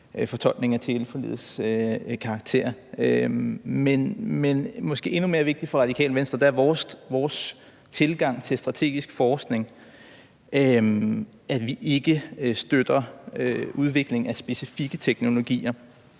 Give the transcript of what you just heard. fortolkningen af teleforligets karakter. Men det, der måske er endnu mere vigtigt for Radikale Venstre i vores tilgang til strategisk forskning, er, at vi ikke støtter udviklingen af specifikke teknologier,